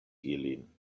ilin